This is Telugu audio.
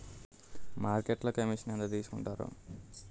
మార్కెట్లో కమిషన్ ఎంత తీసుకొంటారు?